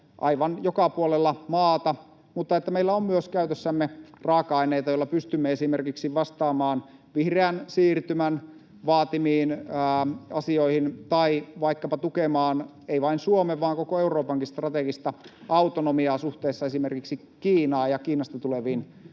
aivan joka puolella maata — mutta että meillä on myös käytössämme raaka-aineita, joilla pystymme esimerkiksi vastaamaan vihreän siirtymän vaatimiin asioihin tai vaikkapa tukemaan ei vain Suomen vaan koko Euroopankin strategista autonomiaa suhteessa esimerkiksi Kiinaan ja Kiinasta tuleviin